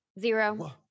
Zero